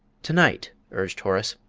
to-night! urged horace.